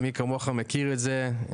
מי כמוך מכיר את זה,